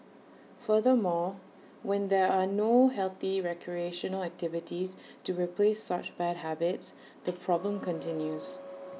furthermore when there are no healthy recreational activities to replace such bad habits the problem continues